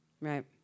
Right